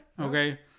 Okay